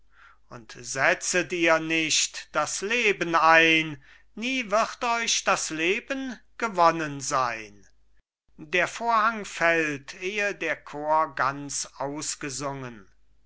und setzet ihr nicht das leben ein nie wird euch das leben gewonnen sein der vorhang fällt ehe der chor ganz ausgesungen